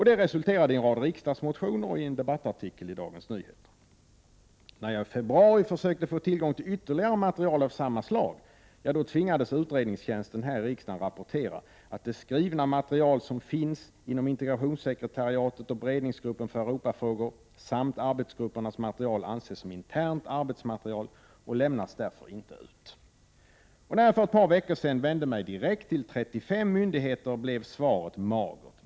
Det resulterade i en rad riksdagsmotioner och en debattartikel i Dagens Nyheter. När jag i februari försökte få tillgång till ytterligare material av samma slag, tvingades riksdagens utredningstjänst rapportera att ”det skrivna material som finns inom ISEK” integrationssekretariatet—” och Beredningsgruppen för Europafrågor samt arbetsgruppernas material anses som internt arbetsmaterial och lämnas därför inte ut”. Och när jag för ett par veckor sedan vände mig direkt till 35 myndigheter, blev svaret magert.